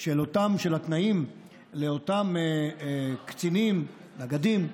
של התנאים לאותם קצינים, נגדים,